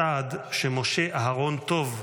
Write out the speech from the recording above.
צעד שמשה אהרון טוב,